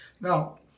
Now